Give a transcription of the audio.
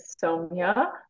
Sonia